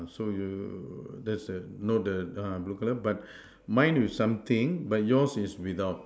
so you that's a no the uh blue colour but mine is something but yours is without